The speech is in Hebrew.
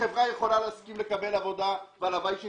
החברה יכולה להסכים לקבל עבודה והלוואי שהיא